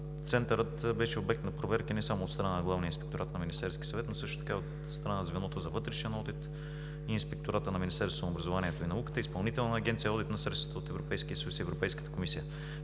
Центърът беше обект на проверки не само от страна на Главния инспекторат на Министерския съвет, но също така и от страна и на звеното за Вътрешен одит, Инспектората на Министерството на образованието и науката, Изпълнителна агенция „Одит на средствата от Европейския съюз“ и Европейската комисия.